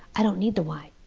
i don't need the wine.